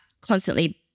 constantly